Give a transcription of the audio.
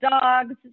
dogs